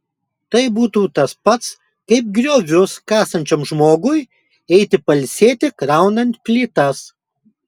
tai būtų tas pats kaip griovius kasančiam žmogui eiti pailsėti kraunant plytas